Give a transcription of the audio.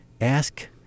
ask